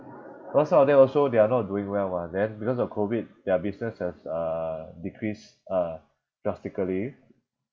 because some of them also they are not doing well mah then because of COVID their business has uh decreased uh drastically